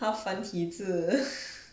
half 繁体字